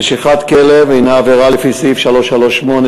נשיכת כלב הנה עבירה לפי סעיף 338(6)